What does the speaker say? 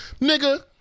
Nigga